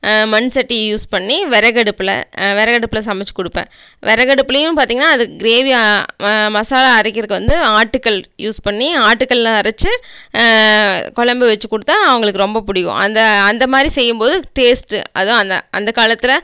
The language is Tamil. மண் சட்டி யூஸ் பண்ணி விறகடுப்புல விறகடுப்புல சமைச்சி கொடுப்பேன் விறகடுப்புலியும் பாத்திங்கனா அது க்ரேவி ம மசாலா அரைக்கிறக்கு வந்து ஆட்டுக்கல் யூஸ் பண்ணி ஆட்டுக்கல்லை அரைச்சு குழம்பு வச்சி கொடுத்தா அவங்களுக்கு ரொம்ப பிடிக்கும் அந்த அந்த மாரி செய்யும்போது டேஸ்ட்டு அதுவும் அந்த அந்த காலத்தில்